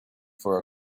for